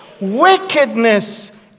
Wickedness